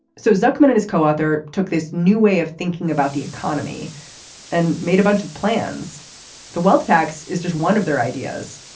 so zuckerman and his co-author took this new way of thinking about the economy and made a bunch of plans the wealth tax is just one of their ideas.